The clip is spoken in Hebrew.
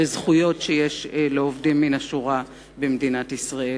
וזכויות שיש לעובדים מן השורה במדינת ישראל.